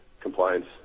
compliance